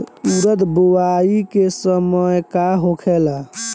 उरद बुआई के समय का होखेला?